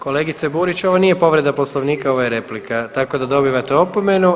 Kolegice Burić ovo nije povreda Poslovnika, ovo je replika tako da dobivate opomenu.